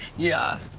yeah,